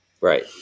right